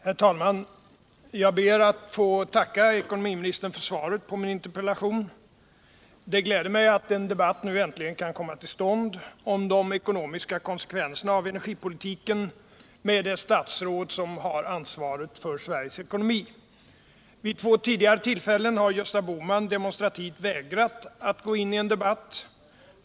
Herr talman! Jag ber att få tacka ekonomiministern för svaret på min interpellation. Det gläder mig att en debatt nu äntligen kan komma till stånd om de ekonomiska konsekvenserna av energipolitiken med det statsråd som har ansvaret för Sveriges ekonomi. Vid två tidigare tillfällen har Gösta Bohman demonstrativt vägrat att gå in i en debatt.